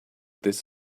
this